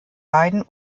beiden